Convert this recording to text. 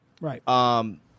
right